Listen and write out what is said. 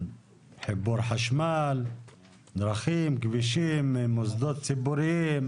חיבור חשמל, דרכים, כבישים, מוסדות ציבוריים,